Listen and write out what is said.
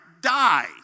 die